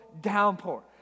downpour